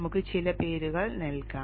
നമുക്ക് ചില പേരുകൾ നൽകാം